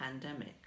pandemic